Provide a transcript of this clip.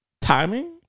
timing